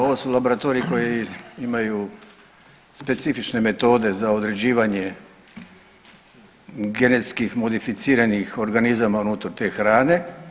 Ovo su laboratoriji koji imaju specifične metode za određivanje genetski modificiranih organizama unutar te hrane.